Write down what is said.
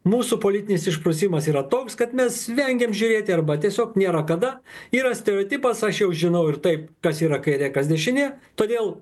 mūsų politinis išprusimas yra toks kad mes vengiam žiūrėti arba tiesiog nėra kada yra stereotipas aš jau žinau ir taip kas yra kaire kas dešinė todėl